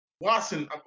Watson